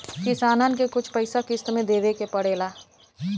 किसानन के कुछ पइसा किश्त मे देवे के पड़ेला